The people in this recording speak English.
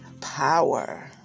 power